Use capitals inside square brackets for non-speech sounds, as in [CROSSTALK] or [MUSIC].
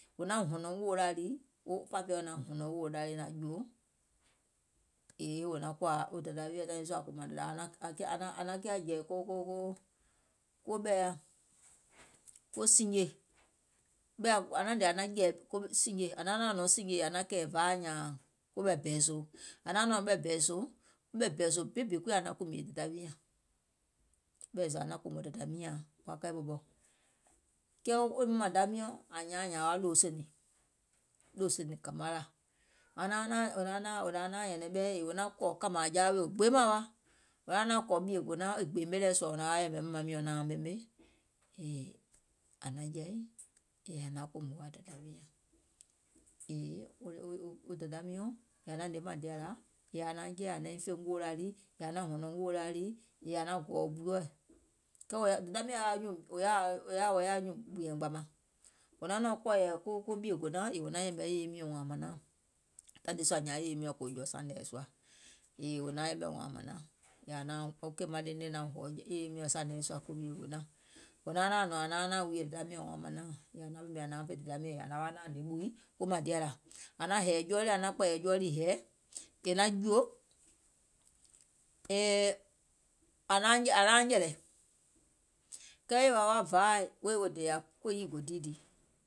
Wò naŋ hɔ̀nɔŋ ngòòlaȧ lii, wo pȧpeɔ̀ naŋ hɔ̀nɔ̀ŋ ngòòlaȧ lii naŋ jùò, [UNINTELLIGIBLE] wò naŋ jɛ̀ì ko sìinjè, ȧŋ naŋ naȧŋ nɔ̀ŋ ko sìinjè ȧŋ naŋ kɛ̀ɛ̀ vȧaȧ nyȧȧŋ koɓɛ̀ bɛ̀ɛ̀sòò, ȧŋ nɔ̀ŋ ɓɛ̀ bɛ̀ɛ̀sòò, ɓɛ̀ɛ̀sòò bibì ȧŋ naŋ kùmìè dèda wiɔ̀, ɓɛ̀i zȧ ȧŋ naŋ kòmò dàdà miȧaŋ, ɓɔɔkai ɓɔ̀ɓɔ, kɛɛ wo mȧmȧŋda miɔ̀ŋ ȧŋ nyȧaùŋ nyȧȧŋ wa wo lòsèniŋ, lòsènìŋ kȧmarȧ, [HESITATION] wò gbeemȧŋ wa, wò naŋ wa naȧŋ kɔ̀ ɓìègònaȧŋ e gbèème lɛɛ̀ sùȧ wò naŋ wa naȧŋ yɛ̀mɛ̀ mȧmaŋ miɔ̀ŋ wò nauŋ ɓemè yèè aŋ naŋ jɛi yèè ȧŋ naŋ kòmò wo dèda wi, yèè wo dèda miɔ̀ŋ, yèè ȧŋ naŋ hnè mȧŋdìȧlȧ ȧŋ naaŋ jɛi ȧŋ naŋ nyiŋ fè ngòòlaȧ lii yèè aŋ nȧŋ hɔ̀nɔ̀ŋ ngòòlaȧ lii yèè aŋ naŋ gɔ̀ɔ̀ jɔɔɛ̀, kɛɛ dèda miɔ̀ŋ wò yaȧ wa nyuùŋ gbìȧŋ gbȧmȧŋ, wò naŋ nɔ̀ɔ̀ŋ kɔ̀ɔ̀yɛ̀ ko ɓìègònaȧ yèè wò naŋ yɛ̀mɛ̀ yèye miɔ̀ŋ wȧȧŋ mȧnauŋ, taìŋ nii sùȧ zȧ yèye miɔ̀ŋ kòò jɔ̀ sȧnèɛ sùȧ, yèè wò nauŋ yɛmɛ̀ wȧȧŋ mȧnauŋ, [UNINTELLIGIBLE] wò naaŋ naȧŋ nɔ̀ŋ ȧŋ nauŋ naȧŋ wuuyè yèè wo dèda miɔ̀ŋ wàȧŋ mȧnauŋ, yèè ȧŋ nauŋ ɓemè ȧŋ nauŋ fè dèda miɔ̀ŋ yèè ȧŋ naŋ wa naȧŋ hnè ɓùi ko mȧŋdìȧlȧ, ȧŋ naŋ hɛ̀ɛ̀ jɔɔ lɛ̀ ȧŋ naŋ kpɛ̀ɛ̀yɛ̀ jɔɔ lii hɛ̀ɛ è naŋ jùò yèè ȧŋ naaŋ nyɛ̀lɛ̀, kɛɛ yèwȧ wa vȧaì dèyȧ kòyiì gò diidìì,